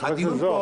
חבר הכנסת זוהר.